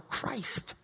Christ